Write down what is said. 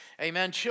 amen